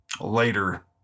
later